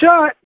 shot